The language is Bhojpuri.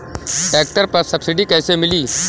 ट्रैक्टर पर सब्सिडी कैसे मिली?